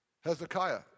Hezekiah